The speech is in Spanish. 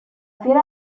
fiera